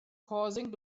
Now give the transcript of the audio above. causing